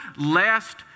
last